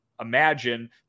imagine